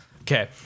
Okay